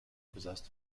possessed